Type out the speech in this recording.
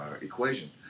equation